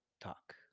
talk